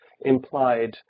implied